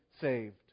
saved